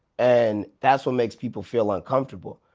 and that's what makes people feel uncomfortable.